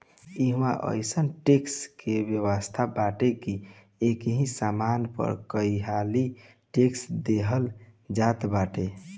इहवा अइसन टेक्स के व्यवस्था बाटे की एकही सामान पअ कईहाली टेक्स देहल जात बाटे